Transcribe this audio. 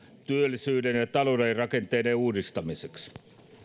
työllisyyden ja ja talouden rakenteiden uudistamiseksi